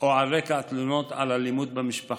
או על רקע תלונות על אלימות במשפחה.